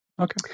Okay